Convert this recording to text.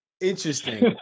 interesting